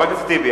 חבר הכנסת טיבי,